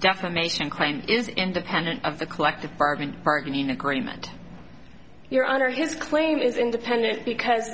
defamation claim is independent of the collective bargaining agreement you're under his claim is independent because